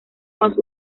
más